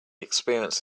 experience